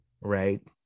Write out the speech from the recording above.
right